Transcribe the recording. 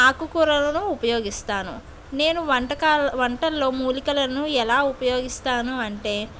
ఆకు కూరలను ఉపయోగిస్తాను నేను వంటకాలు వంటలో మూలికలను ఎలా ఉపయోగిస్తాను అంటే